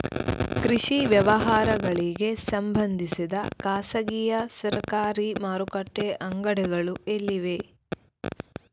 ಕೃಷಿ ವ್ಯವಹಾರಗಳಿಗೆ ಸಂಬಂಧಿಸಿದ ಖಾಸಗಿಯಾ ಸರಕಾರಿ ಮಾರುಕಟ್ಟೆ ಅಂಗಡಿಗಳು ಎಲ್ಲಿವೆ?